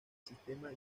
sistema